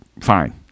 fine